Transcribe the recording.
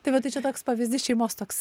tai vat tai čia toks pavyzdys šeimos toks